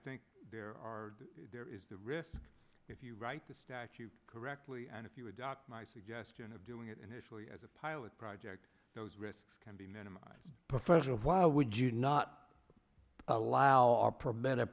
think there are there is the risk if you write to stack you correctly and if you adopt my suggestion of doing it initially as a pilot project those risks can be minimised professional why would you not allow permit